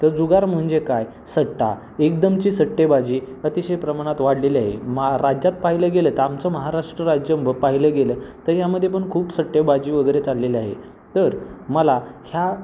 तर जुगार म्हणजे काय सट्टा एकदमची सट्टेबाजी अतिशय प्रमाणात वाढलेली आहे मा राज्यात पाह्यला गेलं तर आमचं महाराष्ट्र राज्य पाहिलं गेलं तर यामध्ये पण खूप सट्टेबाजी वगैरे चाललेली आहे तर मला ह्या